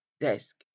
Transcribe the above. desk